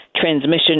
transmission